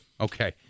Okay